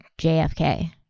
JFK